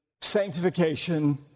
sanctification